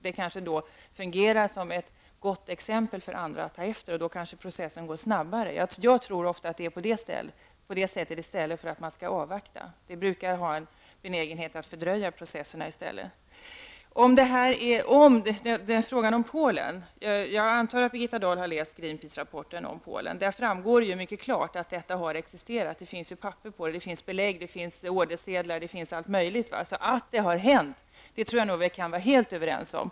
Det kan kanske bli ett gott exempel för andra att ta efter, och då kanske processen går snabbare. Jag tror att det ofta är på detta sätt man skall göra i stället för att avvakta. Det brukar ha en benägenhet att fördröja processen. Så till frågan om Polen. Jag antar att Birgitta Dahl har läst Greenpeace-rapporten om Polen. Där framgår mycket klart att en export av miljöfarligt avfall till Polen har existerat. Det finns papper på detta och andra belägg, ordersedlar och allt möjligt. Att detta har hänt tror jag att vi kan vara helt överens om.